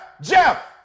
Jeff